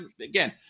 again